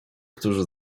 którzy